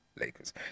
Lakers